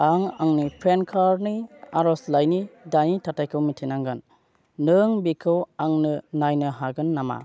आं आंनि पेन कार्डनि आर'जलाइनि दानि थाथायखौ मिथिनांगोन नों बेखौ आंनो नायनो हागोन नामा